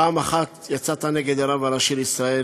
פעם אחת יצאת נגד הרב הראשי לישראל,